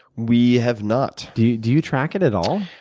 we have not. do you do you track it at all?